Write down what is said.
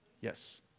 Yes